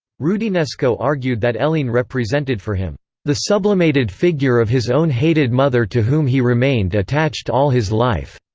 roudinesco argued that helene represented for him the sublimated figure of his own hated mother to whom he remained attached all his life.